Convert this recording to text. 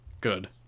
Good